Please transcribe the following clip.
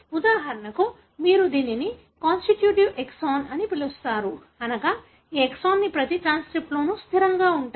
ఉదాహరణకు మీరు దీనిని కాన్స్టిట్యూటివ్ ఎక్సాన్ అని పిలుస్తారు అనగా ఈ ఎక్సోన్లు ప్రతి ట్రాన్స్క్రిప్ట్లోనూ స్థిరంగా ఉంటాయి